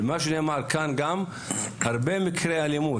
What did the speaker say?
מה שנאמר כאן גם זה שהרבה מקרי אלימות